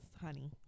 honey